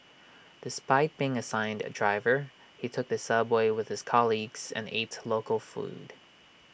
despite being assigned A driver he took the subway with his colleagues and ate local food